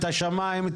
את השמיים,